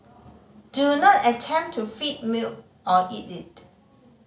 do not attempt to feed milk or eat it